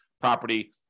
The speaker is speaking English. property